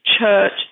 church